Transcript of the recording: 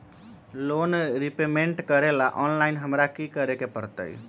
Loan repayment करेला online हमरा की करे के परतई?